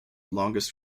longest